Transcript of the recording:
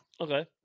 Okay